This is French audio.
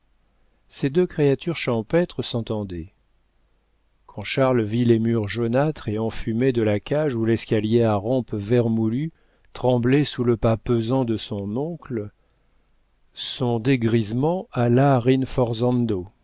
ces deux créatures champêtres s'entendaient quand charles vit les murs jaunâtres et enfumés de la cage où l'escalier à rampe vermoulue tremblait sous le pas pesant de son oncle son dégrisement alla